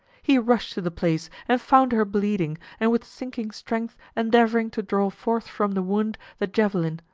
he rushed to the place, and found her bleeding, and with sinking strength endeavoring to draw forth from the wound the javelin,